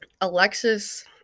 Alexis